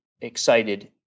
excited